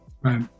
right